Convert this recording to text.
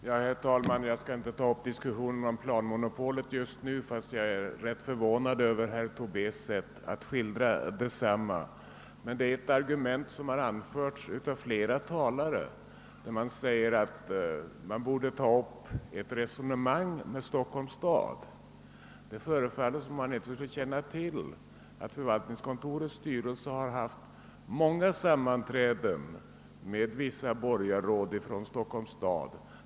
Herr talman! Jag skall inte ta upp någon diskussion om planmonopolet, fastän jag är rätt förvånad över herr Tobés sätt att skildra detsamma. Men det är ett annat argument som har anförts av flera talare. Här sägs att man borde ta upp ett resonemang med Stockholms stad. Det förefaller som om man inte skulle känna till att förvaltningskontorets styrelse haft många sammanträden med vissa borgarråd från Stockholms stad.